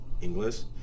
English